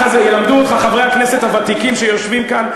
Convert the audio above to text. ילמדו אותך חברי הכנסת הוותיקים שיושבים כאן.